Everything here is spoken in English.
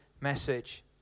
message